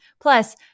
Plus